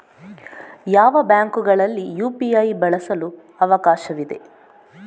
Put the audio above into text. ಯಾವ ಬ್ಯಾಂಕುಗಳಲ್ಲಿ ಯು.ಪಿ.ಐ ಬಳಸಲು ಅವಕಾಶವಿದೆ?